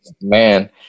Man